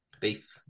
beef